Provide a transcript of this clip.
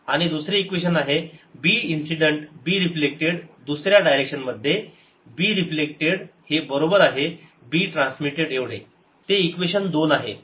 आणि दुसरे इक्वेशन आहे b इन्सिडेंट b रिफ्लेक्टेड दुसऱ्या डायरेक्शन मध्ये b रिफ्लेक्टेड हे बरोबर आहे b ट्रान्समिटेड एवढे ते इक्वेशन दोन आहे